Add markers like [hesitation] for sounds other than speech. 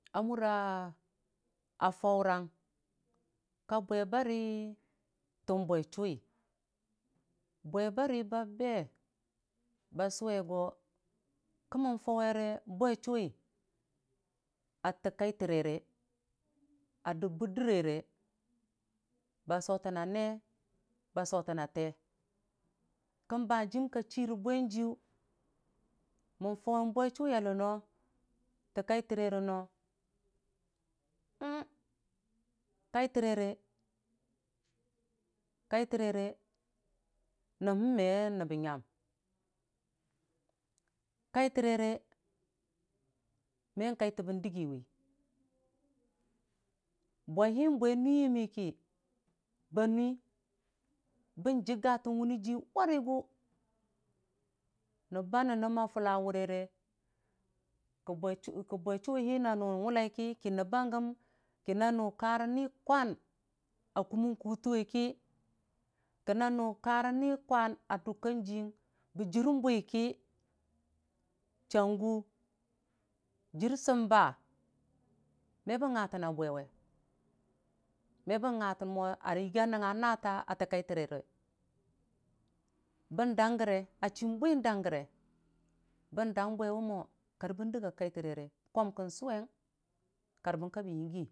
A mura faurang ka bwe bari tən bwe chʊwi bwe bari ba beba sʊwe go kəmmən faure bwechʊwi a təkatə rere, a də bərdə rere ba sotəna nee ba sotənna tee kən ba hanjəm ka chirə bwen jiyʊ mən fauwe bwe chʊwi a leno tək kai tərre no? [hesitation] kai tərere kaitərere nəm həm me nəbbə nyam kai tərere mən kwaitə bo dəgiwi bwe hii bwe nui yəmmi ki ba nui bənjəga tən wunijii wari gʊ nəbba nən nəm a fulla wʊrere kə bwechʊhii na nʊ wʊlai ki, ki nəbba gəm ki nanʊ karə ni kwan a kʊmən kumən kutəwe ki kə nanʊ ka rə nii kwan a dʊka jəying bə jərbwi ki chəngʊ jər sənba me bən nga tənna bwe we, me bən nga mo a yəgi a nəngnga naate a tə kai tərere bən dəkgogəre a chibwi n'dəkgəre bəndək bwewe mə kar bən dəga kai təree komkən sʊweng.